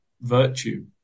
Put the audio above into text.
virtue